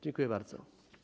Dziękuję bardzo.